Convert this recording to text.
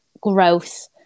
growth